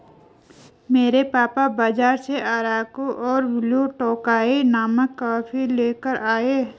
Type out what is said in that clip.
मेरे पापा बाजार से अराकु और ब्लू टोकाई नामक कॉफी लेकर आए